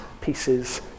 pieces